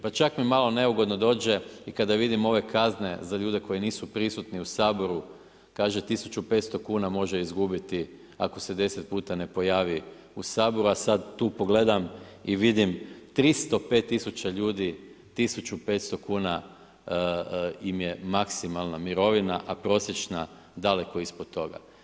Pa čak mi malo neugodno dođe kada vidim ove kazne za ljude koji nisu prisutni u Saboru, kaže 1500 kuna može izgubiti ako se 10 puta ne pojavi u Saboru, sad tu pogledam i vidim 305 000 ljudi, 1500 kuna im je maksimalna mirovina, a prosječna daleko ispod toga.